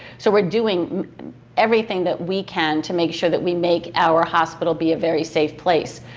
so we're doing everything that we can to make sure that we make our hospital be a very safe place.